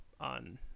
on